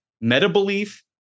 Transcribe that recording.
meta-belief